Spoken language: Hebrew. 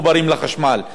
וזה כבר קרה.